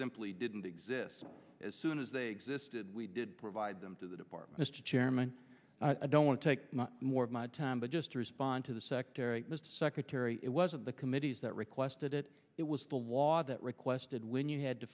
simply didn't exist as soon as they existed we did provide them to the department a chairman i don't want to take more of my time but just to respond to the secretary mr secretary it wasn't the committees that requested it it was the law that requested when you had to